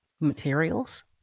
materials